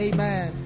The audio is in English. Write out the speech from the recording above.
Amen